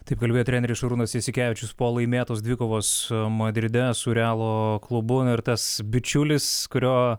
taip kalbėjo treneris šarūnas jasikevičius po laimėtos dvikovos madride su realo klubu na ir tas bičiulis kurio